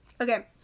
Okay